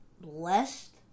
Blessed